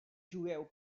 jueu